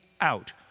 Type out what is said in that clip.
out